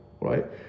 right